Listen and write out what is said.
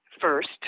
first